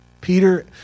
Peter